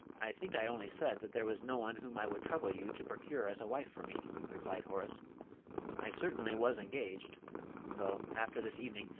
i think i only said that there was no one whom i would trouble you to procure as a wife for me, replied horace i certainly was engaged though, after this evening,